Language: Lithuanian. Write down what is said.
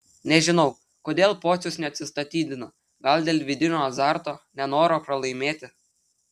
nežinau kodėl pocius neatsistatydina gal dėl vidinio azarto nenoro pralaimėti